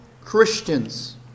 Christians